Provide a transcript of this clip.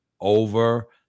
over